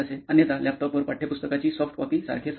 अन्यथा लॅपटॉपवर पाठ्यपुस्तकाची सॉफ्ट कॉपी सारखे साहित्य